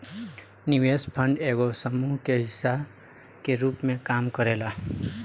निवेश फंड एगो समूह के हिस्सा के रूप में काम करेला